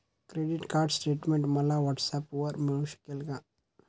Credit card statement मला व्हॉट्सऍपवर मिळू शकेल का?